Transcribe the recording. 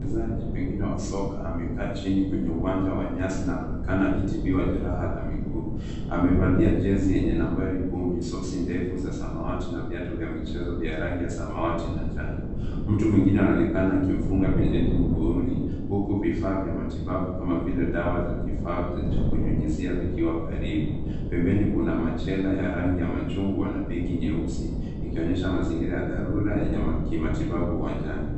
Mchezaji pengine wa soka amekaa chini kwenye uwanja wa nyasi na anaonekana akitibiwa jeraha la miguu. Amevalia jezi yenye nambari kumi, soksi ndefu za samawati na viatu vya michezo vya rangi ya samawati na njano. Mtu mwingine anaonekana akimfunga bendeji mguuni huku vifaa vya matibabu kama vile dawa za kunyunyizia vikiwa karibu. Pembeni kuna machela ya rangi ya machungwa na begi nyeusi ikionyesha mazingira ya dharura ya kimatibabu uwanjani.